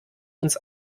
uns